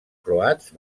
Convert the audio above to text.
croats